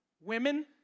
Women